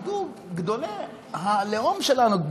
עמדו גדולי הלאום שלנו,